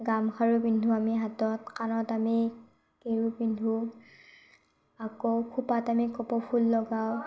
গামখাৰু পিন্ধো আমি হাতত কাণত আমি কেৰু পিন্ধো আকৌ খোপাত আমি কপৌফুল লগাওঁ